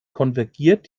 konvergiert